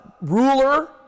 ruler